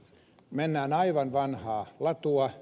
mennään aivan vanhaa latua